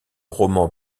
roman